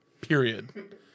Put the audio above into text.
Period